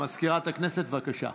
מזכירת הכנסת, בבקשה.